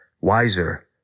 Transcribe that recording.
wiser